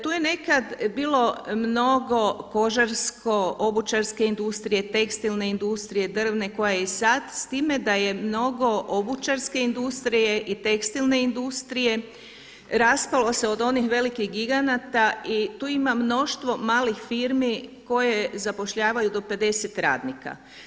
Tu je nekad bilo mnogo kožarsko-obučarske industrije, tekstilne industrije, drvne koja je i sad s time da je mnogo obučarske industrije i tekstilne industrije raspalo se od onih velikih giganata i tu ima mnoštvo malih firmi koje zapošljavaju do 50 radnika.